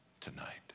tonight